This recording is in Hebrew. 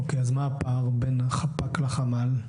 אוקיי, אז מה הפער בין החפ"ק לחמ"ל?